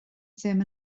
ddim